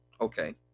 Okay